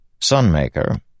Sunmaker